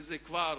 וזה כבר